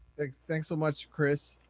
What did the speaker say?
thanks thanks so much, chris.